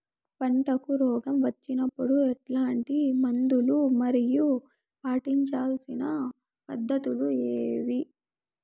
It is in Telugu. పంటకు రోగం వచ్చినప్పుడు ఎట్లాంటి మందులు మరియు పాటించాల్సిన పద్ధతులు ఏవి?